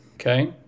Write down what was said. okay